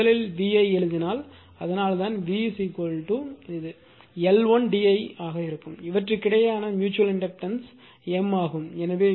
எனவே முதலில் v ஐ எழுதினால் அதனால்தான் v இது L1 d I ஆக இருக்கும் அவற்றுக்கிடையேயான ம்யூச்சுவல் இண்டக்டன்ஸ் M ஆகும்